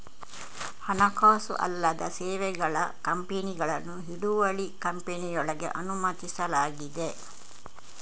ಹಣಕಾಸು ಅಲ್ಲದ ಸೇವೆಗಳ ಕಂಪನಿಗಳನ್ನು ಹಿಡುವಳಿ ಕಂಪನಿಯೊಳಗೆ ಅನುಮತಿಸಲಾಗಿದೆ